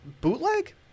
Bootleg